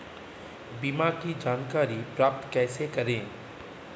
बीमा की जानकारी प्राप्त कैसे करें?